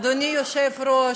אדוני היושב-ראש,